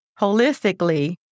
holistically